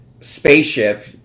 spaceship